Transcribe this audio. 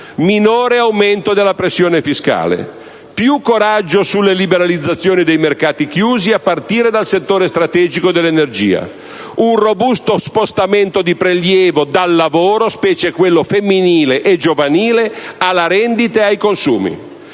minore aumento della pressione fiscale. Più coraggio sulle liberalizzazioni dei mercati chiusi, a partire dal settore strategico dell'energia. Un robusto spostamento di prelievo dal lavoro - specie quello femminile e giovanile - alla rendita e ai consumi.